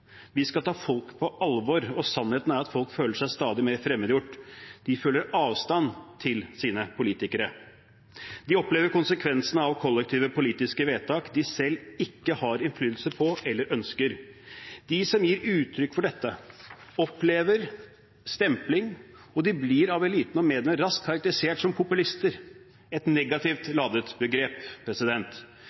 Vi skal ta folk på alvor, og sannheten er at folk føler seg stadig mer fremmedgjort. De føler avstand til sine politikere. De opplever konsekvensene av kollektive politiske vedtak de selv ikke har innflytelse på eller ønsker. De som gir utrykk for dette, opplever stempling, og de blir av eliten og mediene raskt karakterisert som populister, et negativt ladet begrep.